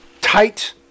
tight